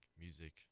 music